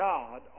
God